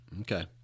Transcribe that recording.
Okay